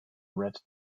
red